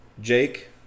Jake